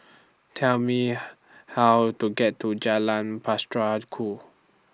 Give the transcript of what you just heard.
Tell Me How to get to Jalan Ku